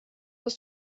ist